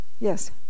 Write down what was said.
Yes